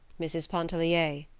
mrs. pontellier,